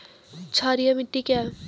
क्षारीय मिट्टी क्या है?